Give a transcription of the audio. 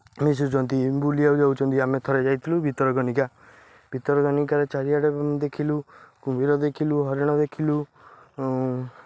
ମିଶୁଛନ୍ତି ବୁଲିିବାକୁ ଯାଉଛନ୍ତି ଆମେ ଥରେ ଯାଇଥିଲୁ ଭିତରକନିକା ଭିତରକନିକାରେ ଚାରିଆଡ଼େ ଦେଖିଲୁ କୁମ୍ଭୀର ଦେଖିଲୁ ହରିଣ ଦେଖିଲୁ